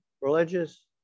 religious